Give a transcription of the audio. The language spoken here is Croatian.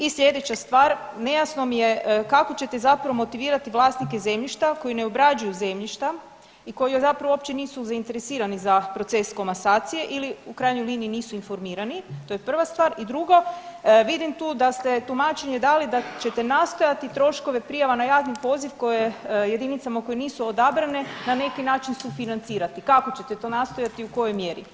I slijedeća stvar, nejasno mi je kako ćete zapravo motivirati vlasnike zemljišta koji ne obrađuju zemljišta i koji zapravo uopće nisu zainteresirani za proces komasacije ili u krajnjoj liniji nisu informirani to je prva stvar i drugo vidim tu da ste tumačenje dali da ćete nastojati troškove prijava na javni poziv koje, jedinicama koje nisu odabrane na neki način sufinancirati kako ćete to nastojati i u kojoj mjeri.